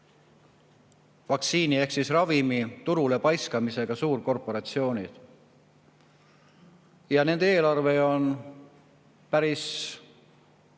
vaktsiini ehk ravimi turule paiskamisega suurkorporatsioonid. Ja nende eelarve on –